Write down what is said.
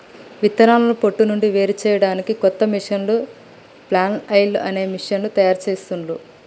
విత్తనాలను పొట్టు నుండి వేరుచేయడానికి కొత్త మెషీను ఫ్లఐల్ అనే మెషీను తయారుచేసిండ్లు